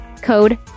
code